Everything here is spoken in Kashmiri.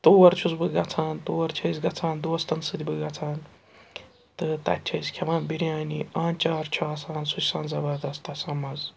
تور چھُس بہٕ گَژھان تور چھِ أسۍ گَژھان دوستَن سۭتۍ بہٕ گَژھان تہٕ تَتہِ چھِ أسۍ کھٮ۪وان بِریانی آنٛچار چھُ آسان سُہ چھُ آسان زَبردَست تَتھ چھِ آسان مَزٕ